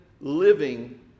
living